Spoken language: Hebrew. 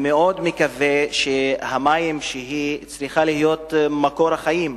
אני מאוד מקווה שהמים, שצריכים להיות מקור החיים